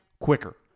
quicker